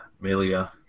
Melia